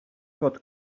fod